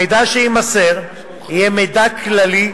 המידע שיימסר יהיה מידע כללי,